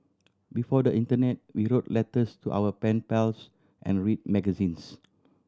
before the internet we wrote letters to our pen pals and read magazines